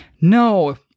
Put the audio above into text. No